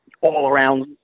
all-around